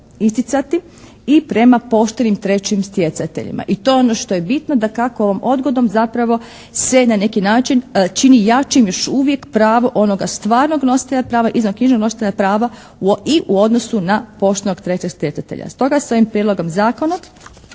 isticati i prema poštenim trećim stjecateljima. I to je ono što je bitno. Dakako ovom odgodom zapravo se na neki način čini jačim još uvijek pravo onoga stvarnog nositelja prava, izvanknjižnog nositelja prava i u odnosu na poštenog trećeg stjecatelja. Stoga se ovim prijedlogom zakona